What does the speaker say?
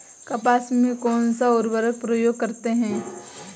कपास में कौनसा उर्वरक प्रयोग करते हैं?